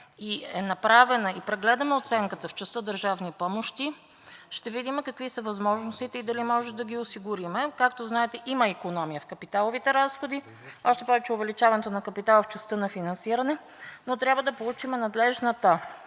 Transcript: и е направена и прегледаме оценката в частта на държавни помощи, ще видим какви са възможностите и дали може да ги осигурим. Както знаете, има икономия в капиталовите разходи, още повече увеличаването на капитала в частта на финансиране, но трябва да получим надлежна